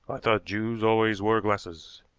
i thought jews always wore glasses.